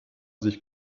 sich